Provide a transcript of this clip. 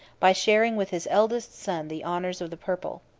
by sharing with his eldest son the honors of the purple.